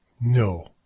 No